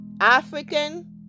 African